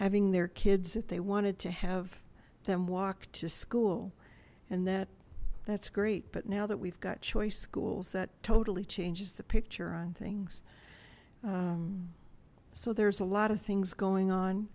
having their kids that they wanted to have them walk to school and that that's great but now that we've got choice schools that totally changes the picture on things so there's a lot of things going on